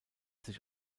sich